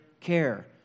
care